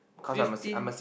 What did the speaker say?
fifteen